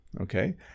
okay